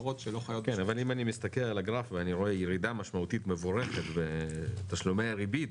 הגרף ואני רואה ירידה משמעותית ומבורכת בתשלומי הריבית,